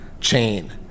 chain